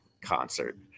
concert